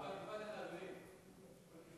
משפט אחד, אדוני.